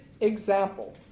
example